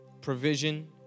provision